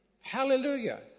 Hallelujah